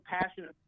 passionate